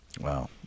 Wow